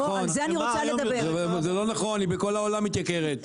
היא בכל העולם מתייקרת.